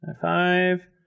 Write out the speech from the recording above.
Five